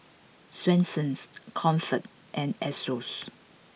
Swensens Comfort and Asos